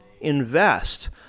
invest